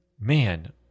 Man